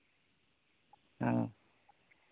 ᱦᱩᱸ